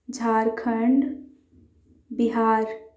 جھار کھنڈ بِہار